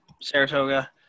Saratoga